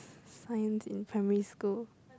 science in primary school